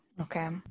Okay